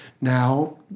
now